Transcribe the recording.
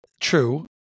True